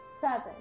Seven